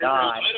God